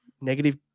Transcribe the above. negative